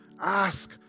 ask